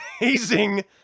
amazing